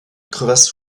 crevasse